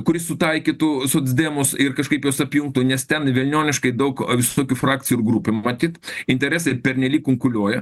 kuris sutaikytų socdemus ir kažkaip juos apjungtų nes ten velnioniškai daug visokių frakcijų ir grupių matyt interesai pernelyg kunkuliuoja